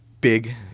big